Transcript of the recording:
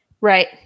Right